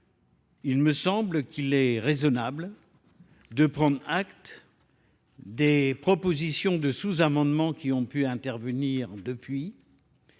il me semble qu'il est raisonnable. de prendre acte des propositions de sous-amendements qui ont pu intervenir depuis